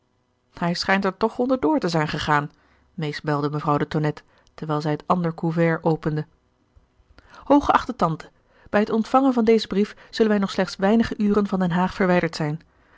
hij schijnt er toch onder door te zijn gegaan meesmuilde mevrouw de tonnette terwijl zij het ander couvert opende hooggeachte tante bij het ontvangen van dezen brief zullen wij nog slechts weinige uren van den haag verwijderd zijn